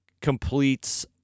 completes